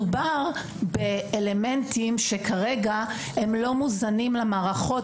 מדובר באלמנטים שכרגע הם לא מוזנים למערכות